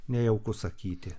nejauku sakyti